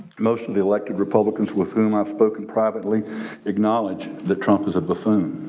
most of the elected republicans with whom i've spoken privately acknowledge that trump is a buffoon.